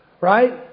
right